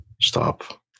Stop